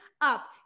up